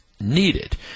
needed